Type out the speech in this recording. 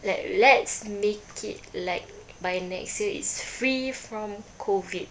like let's make it like by next year it's free from COVID